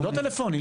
לא טלפוני.